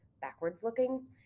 backwards-looking